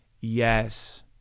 yes